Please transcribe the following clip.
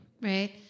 right